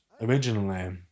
originally